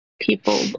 people